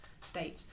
state